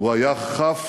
הוא היה חף